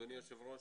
אדוני היושב ראש,